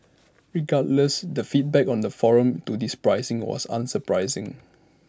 regardless the feedback on the forum to this pricing was unsurprising